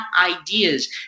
ideas